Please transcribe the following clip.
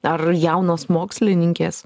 ar jaunos mokslininkės